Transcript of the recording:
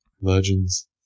legends